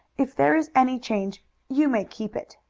if there is any change you may keep it.